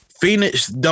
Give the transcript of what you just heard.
Phoenix